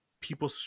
people